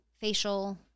facial